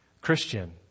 Christian